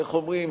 איך אומרים?